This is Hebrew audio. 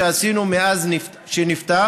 שעשינו מאז שנפתח.